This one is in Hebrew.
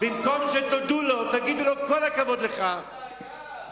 במקום שתודו לו, תגידו לו כל הכבוד לך, איזו דאגה.